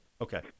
Okay